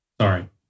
Sorry